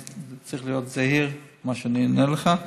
אני צריך להיות זהיר במה שאני עונה לך.